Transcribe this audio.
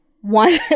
One